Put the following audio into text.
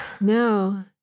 No